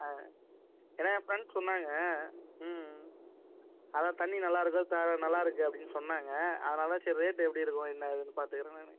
ஏன்னால் என் ஃப்ரெண்ட்ஸ் சொன்னாங்க ம் அதான் தண்ணி நல்லாருக்கும் த நல்லாருக்கும் அப்படின் சொன்னாங்க அதனால் சரி ரேட்டு எப்படி இருக்கும் என்ன ஏதுன்னு பார்த்துக்குறேன் நானு